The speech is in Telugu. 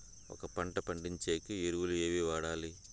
ఒక పంట పండించేకి ఎరువులు ఏవి వాడాలి?